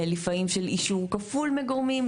לפעמים של אישור כפול מגורמים,